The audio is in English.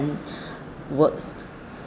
words